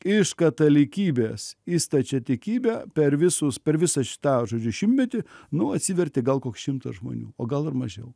iš katalikybės į stačiatikybę per visus per visą šitą žodžiu šimtmetį nu atsivertė gal koks šimtas žmonių o gal ir mažiau